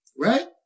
right